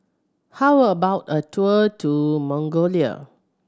how about a tour in Mongolia